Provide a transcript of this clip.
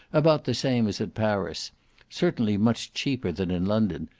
about the same as at paris certainly much cheaper than in london,